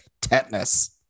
Tetanus